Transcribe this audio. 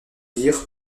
dire